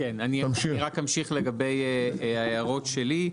אמשיך לגבי ההערות שלי.